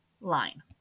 line